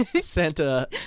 Santa